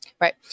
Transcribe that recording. Right